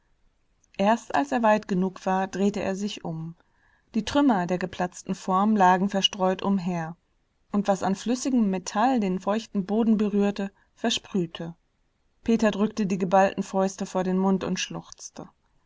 erst als er weit genug war drehte er sich um die trümmer der geplatzten form lagen verstreut umher und was an flüssigem metall den feuchten boden berührte versprühte peter drückte die geballten fäuste vor den mund und schluchzte